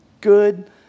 good